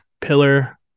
pillar